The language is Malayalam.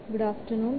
good afternoon